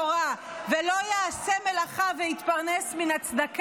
"כל המשים על ליבו שיעסוק בתורה ולא יעשה מלאכה ויתפרנס מן הצדקה,